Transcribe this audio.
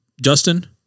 justin